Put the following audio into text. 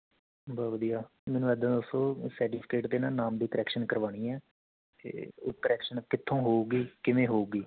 ਬਸ ਵਧੀਆ ਮੈਨੂੰ ਇਦਾਂ ਦੱਸੋ ਸਰਟੀਫਿਕੇਟ 'ਤੇ ਨਾ ਨਾਮ ਵਿਚ ਕੁਰੈਕਸ਼ਨ ਕਰਵਾਉਣੀ ਹੈ ਅਤੇ ਉਹ ਕੁਰੈਕਸ਼ਨ ਕਿਥੋਂ ਹੋਊਗੀ ਕਿਵੇਂ ਹੋਊਗੀ